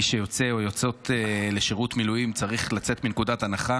מי שיוצא או יוצאת לשירות מילואים צריך לצאת מנקודת הנחה